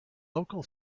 local